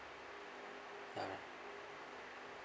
alright